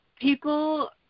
people